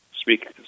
speak